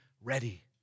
ready